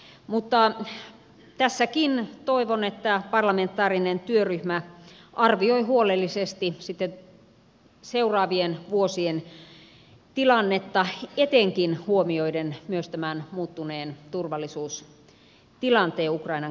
mutta tässäkin toivon että parlamentaarinen työryhmä arvioi huolellisesti sitten seuraavien vuosien tilannetta etenkin huomioiden myös tämän muuttuneen turvallisuustilanteen ukrainan kriisin myötä